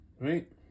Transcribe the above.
Right